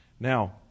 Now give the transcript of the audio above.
Now